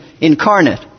incarnate